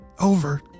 Over